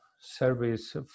service